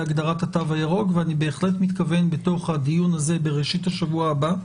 הגדרת התו הירוק ואני בהחלט מתכוון בתוך הדיון הזה בראשית השבוע הבא,